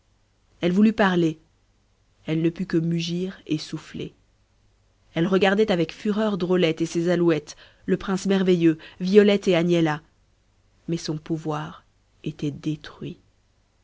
elle voulut parler elle ne put que mugir et souffler elle regardait avec fureur drôlette et ses alouettes le prince merveilleux violette et agnella mais son pouvoir était détruit